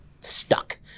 stuck